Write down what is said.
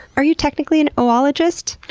are you technically an oologist?